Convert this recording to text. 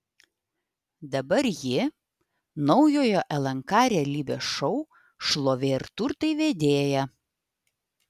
dabar ji naujojo lnk realybės šou šlovė ir turtai vedėja